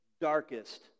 darkest